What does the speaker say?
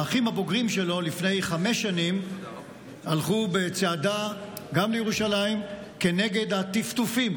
האחים הבוגרים שלו הלכו בצעדה לירושלים גם לפני חמש שנים כנגד הטפטופים,